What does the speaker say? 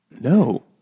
No